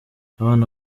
abana